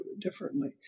differently